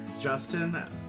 Justin